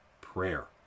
prayer